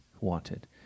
wanted